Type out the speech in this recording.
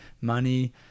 money